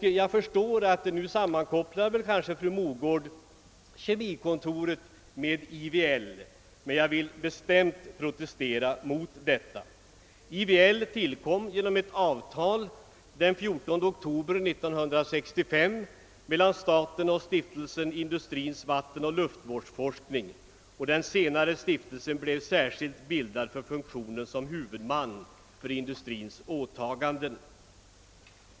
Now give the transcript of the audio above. Jag förstår att fru Mogård sammankopplar Ke mikontoret med IVL, men jag vill bestämt protestera mot detta. IVL tillkom genom ett avtal den 14 oktober 1965 mellan staten och Stiftelsen Industrins vatten och luftvårdsforskning, och den senare stiftelsen blev särskilt bildad för funktionen som huvudman för industrins åtaganden.